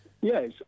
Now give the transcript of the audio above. Yes